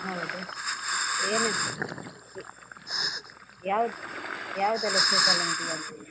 ಹೌದು ಏನೇನು ಯಾವ್ದು ಯಾವುದೆಲ್ಲ ಸ್ಪೆಷಲ್ ಉಂಟು ಇವತ್ತು